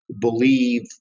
believe